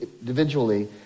individually